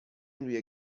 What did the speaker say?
روی